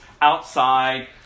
outside